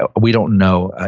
ah we don't know.